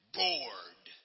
bored